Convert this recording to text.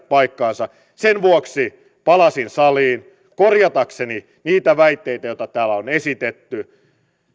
paikkaansa sen vuoksi palasin saliin korjatakseni niitä väitteitä joita täällä on esitetty